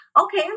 okay